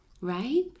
Right